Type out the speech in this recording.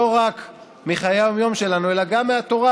לא רק מחיי היום-יום שלנו אלא גם מהתורה.